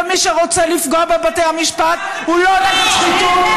ומי שרוצה לפגוע בבתי המשפט הוא לא נגד שחיתות,